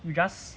you just